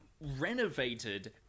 renovated